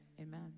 Amen